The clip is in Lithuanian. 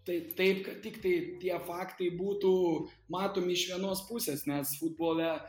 tai taip kad tiktai tie faktai būtų matomi iš vienos pusės nes futbole